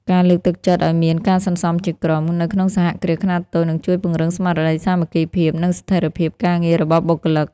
ការលើកទឹកចិត្តឱ្យមាន "ការសន្សំជាក្រុម" នៅក្នុងសហគ្រាសខ្នាតតូច នឹងជួយពង្រឹងស្មារតីសាមគ្គីភាព និងស្ថិរភាពការងាររបស់បុគ្គលិក។